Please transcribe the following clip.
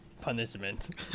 punishment